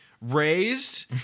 raised